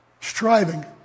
striving